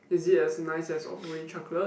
is it as nice as awfully chocolate